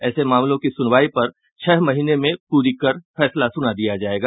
ऐसे मामलों की सुनवाई छह महीने में पूरी कर फैसला सुना दिया जायेगा